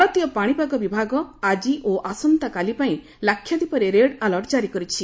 ଭାରତୀୟ ପାଣିପାଗ ବିଭାଗ ଆକି ଓ ଆସନ୍ତାକାଲି ପାଇଁ ଲାକ୍ଷାଦୀପରେ ରେଡ୍ଆଲର୍ଟ୍ କାରି କରିଛି